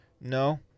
No